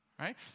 Right